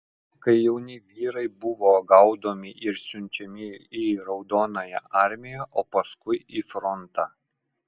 kai jauni vyrai buvo gaudomi ir siunčiami į raudonąją armiją o paskui į frontą